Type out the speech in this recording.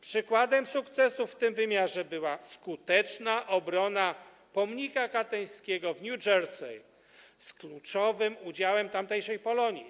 Przykładem sukcesu w tym wymiarze była skuteczna obrona pomnika katyńskiego w New Jersey z kluczowym udziałem tamtejszej Polonii.